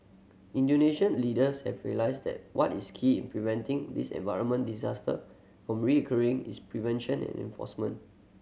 Indonesian leaders have realised that what is key in preventing this environment disaster from recurring is prevention and enforcement